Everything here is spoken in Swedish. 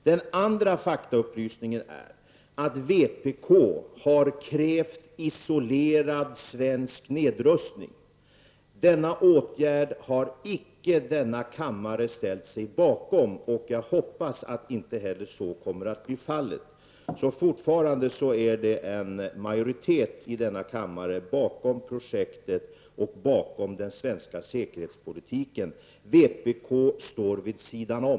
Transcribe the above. Den andra faktaupplysningen är att vpk har krävt isolerad svensk nedrustning. Detta har denna kammare icke ställt sig bakom, och jag hoppas att så inte heller kommer att bli fallet. Fortfarande är det alltså en majoritet i denna kammare som står bakom projektet och den svenska säkerhetspolitiken. Vpk står vid sidan om.